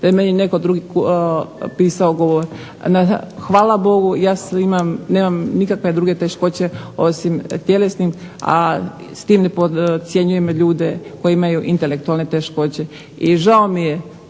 da je meni netko drugi pisao govor. Hvala Bogu ja imam, nemam nikakve druge teškoće osim tjelesnih, a s tim ne podcjenjujem ljude koji imaju intelektualne teškoće. I žao mi je,